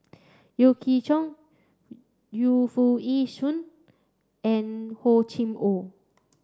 Yeo Chee Kiong Yu Foo Yee Shoon and Hor Chim Or